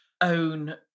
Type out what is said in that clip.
own